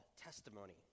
testimony